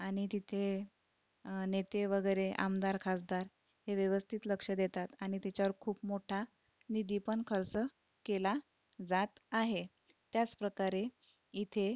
आणि तिथे नेते वगैरे आमदार खासदार हे व्यवस्थित लक्ष देतात आणि तिच्यावर खूप मोठा निधी पण खर्च केला जात आहे त्याचप्रकारे इथे